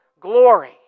glory